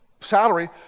salary